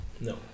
No